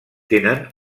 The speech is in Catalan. tenen